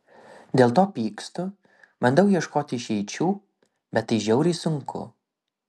dėl to pykstu bandau ieškoti išeičių bet tai žiauriai sunku